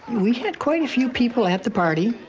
we had quite a few people at the party.